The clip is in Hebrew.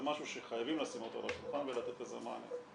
זה משהו שחייבים לשים אותו על השולחן ולתת לזה מענה.